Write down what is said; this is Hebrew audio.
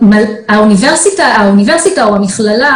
האוניברסיטה או המכללה,